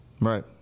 Right